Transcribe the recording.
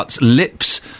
Lips